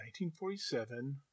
1947